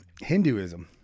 Hinduism